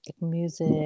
music